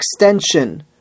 extension